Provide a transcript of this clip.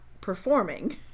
performing